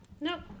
Nope